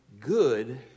good